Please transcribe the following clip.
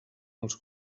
els